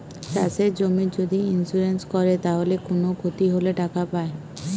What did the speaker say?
চাষের জমির যদি ইন্সুরেন্স কোরে তাইলে কুনো ক্ষতি হলে টাকা পায়